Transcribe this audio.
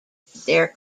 their